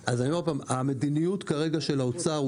המדיניות כרגע של האוצר,